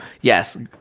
yes